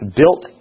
built